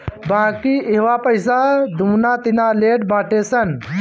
बाकी इहवा पईसा दूना तिना लेट बाटे सन